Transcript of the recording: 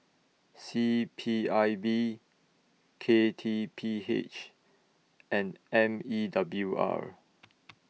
C P I B K T P H and M E W R